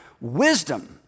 wisdom